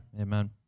Amen